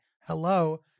Hello